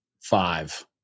Five